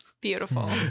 beautiful